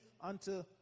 unto